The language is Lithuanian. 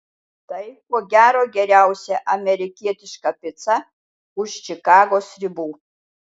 tai ko gero geriausia amerikietiška pica už čikagos ribų